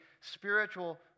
spiritual